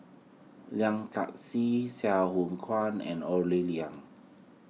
Sye Sai Hua Kuan and Ore